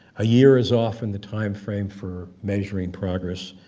a year is often the timeframe for measuring progress,